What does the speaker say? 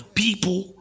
people